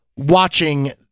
Watching